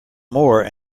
more